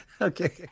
Okay